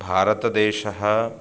भारतदेशः